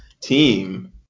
team